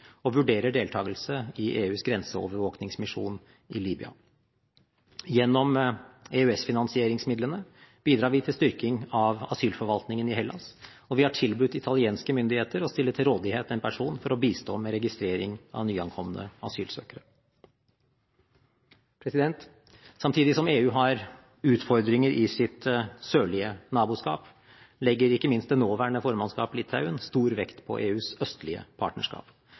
og vurderer deltakelse i EUs grenseovervåkningsmisjon i Libya. Gjennom EØS-finansieringsmidlene bidrar vi til styrking av asylforvaltningen i Hellas, og vi har tilbudt italienske myndigheter å stille til rådighet en person for å bistå med registrering av nyankomne asylsøkere. Samtidig som EU har utfordringer i sitt sørlige naboskap, legger ikke minst det nåværende formannskap Litauen stor vekt på EUs østlige partnerskap.